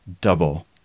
double